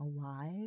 alive